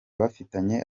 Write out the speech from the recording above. bafitanye